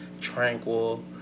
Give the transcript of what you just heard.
tranquil